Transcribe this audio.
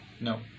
No